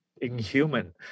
inhuman